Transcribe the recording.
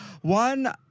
one